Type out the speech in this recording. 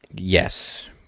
yes